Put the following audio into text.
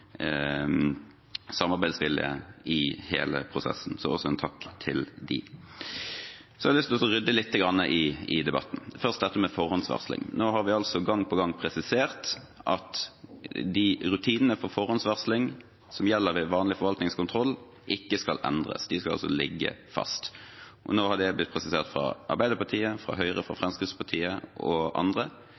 har lyst til å rydde litt i debatten – først til dette med forhåndsvarsling. Vi har gang på gang presisert at rutinene for forhåndsvarsling som gjelder ved vanlig forvaltningskontroll, ikke skal endres. De skal ligge fast. Det har nå blitt presisert fra Arbeiderpartiet, Høyre, Fremskrittspartiet og andre,